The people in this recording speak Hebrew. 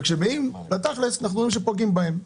וכשבאים בתכלס אנחנו רואים שפוגעים בהם.